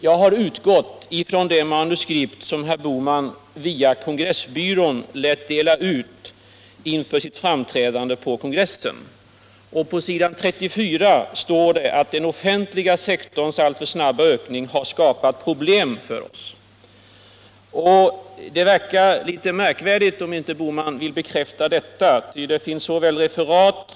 Jag har utgått från det manus som herr Bohman via kongressbyrån lät dela ut inför sitt framträdande på kongressen. På s. 34 står det att den offentliga sektorns alltför snabba ökning har skapat problem för oss. Det verkar litet märkvärdigt om herr Bohman inte vill bekräfta detta, eftersom det finns referat.